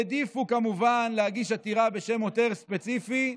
העדיפו כמובן להגיש עתירה בשם עותר ספציפי.